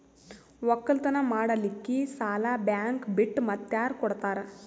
ಒಕ್ಕಲತನ ಮಾಡಲಿಕ್ಕಿ ಸಾಲಾ ಬ್ಯಾಂಕ ಬಿಟ್ಟ ಮಾತ್ಯಾರ ಕೊಡತಾರ?